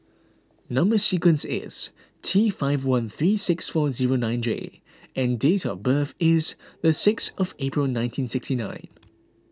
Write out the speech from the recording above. Number Sequence is T five one three six four zero nine J and date of birth is the sixth of April nineteen sixty nine